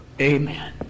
Amen